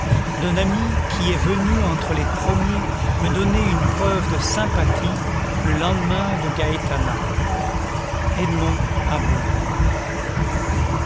d'un ami qui est venu entre les premiers me donner ane preuve de sympathie le lendemain de gaetana